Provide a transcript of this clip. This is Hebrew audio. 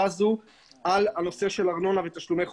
הזו על הנושא של ארנונה ותשלומי חובה,